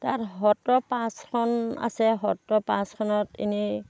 তাত সত্ৰ পাঁচখন আছে সত্ৰ পাঁচখনত এনেই